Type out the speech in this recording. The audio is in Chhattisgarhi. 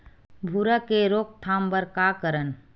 भूरा के रोकथाम बर का करन?